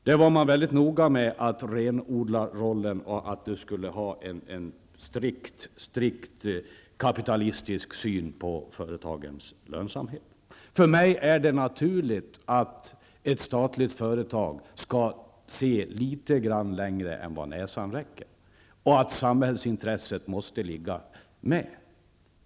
Där var man noga med att renodla rollen, det skulle vara en strikt kapitalistisk syn på företagens lönsamhet. För mig är det naturligt att ett statligt företag skall se litet längre än näsan räcker och att samhällsintressen måste ligga med.